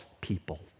people